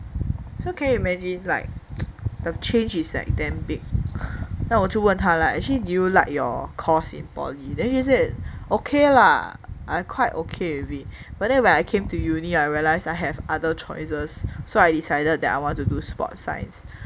so can you imagine like the change is that damn big 那我就问他 like actually do you like your course in poly then he said okay la I quite okay with it but then when I came to uni I realised I have other choices so I decided that I want to do sports science